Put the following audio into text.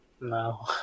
No